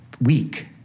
weak